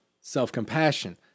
self-compassion